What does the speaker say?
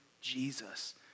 Jesus